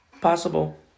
possible